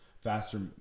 faster